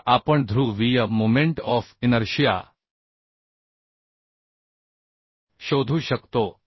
तर आपण ध्रु वीय मोमेंट ऑफ इनर्शिया शोधू शकतो